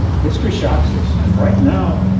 history shocks us in right now. and